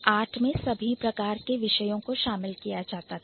Art मे सभी प्रकार के विषयों को शामिल किया जाता था